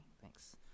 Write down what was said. Thanks